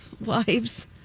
lives